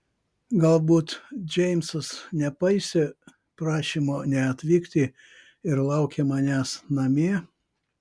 galbūt džeimsas nepaisė prašymo neatvykti ir laukia manęs namie